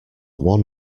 one